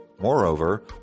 Moreover